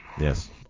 Yes